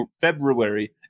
February